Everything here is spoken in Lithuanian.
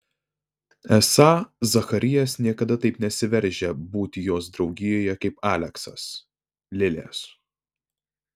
esą zacharijas niekada taip nesiveržia būti jos draugijoje kaip aleksas lilės